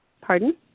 Pardon